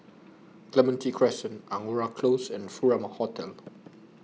Clementi Crescent Angora Close and Furama Hotel